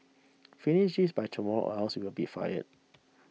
finish this by tomorrow or else you'll be fired